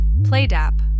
Playdap